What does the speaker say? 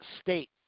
state